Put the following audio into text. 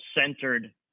centered